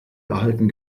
erhalten